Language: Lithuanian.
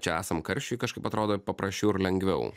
čia esam karščiui kažkaip atrodo paprasčiau ir lengviau